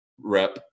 rep